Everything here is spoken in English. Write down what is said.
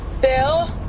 Bill